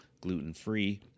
gluten-free